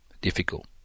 Difficult